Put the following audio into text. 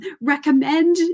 recommend